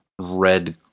red